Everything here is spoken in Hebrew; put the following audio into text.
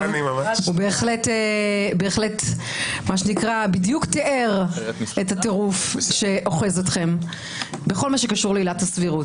הוא בדיוק תאר את הטירוף שאוחז אתכם בכל מה שקשור לעילת הסבירות.